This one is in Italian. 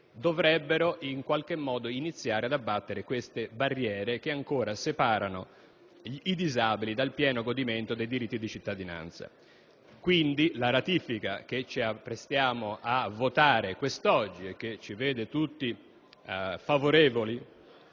avrebbero dovuto iniziare ad abbattere le barriere che ancora separano i disabili dal pieno godimento dei diritti di cittadinanza. Quindi la ratifica che ci apprestiamo a votare quest'oggi, che vede tutti noi favorevoli,